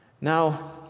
Now